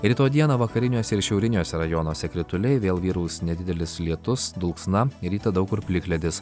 rytoj dieną vakariniuose ir šiauriniuose rajonuose krituliai vėl vyraus nedidelis lietus dulksna rytą daug kur plikledis